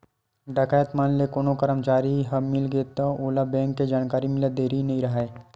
डकैत मन ले कोनो करमचारी ह मिलगे त ओला बेंक के जानकारी मिलत देरी नइ राहय